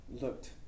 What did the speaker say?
looked